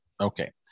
Okay